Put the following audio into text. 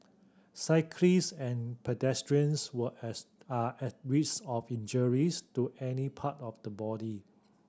cyclist and pedestrians were as are at risk of injuries to any part of the body